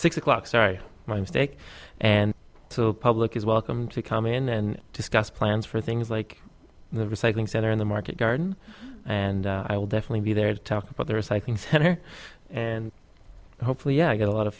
six o'clock sorry my mistake and so public is welcome to come in and discuss plans for things like the recycling center in the market garden and i will definitely be there to talk about the recycling center and hopefully i get a lot of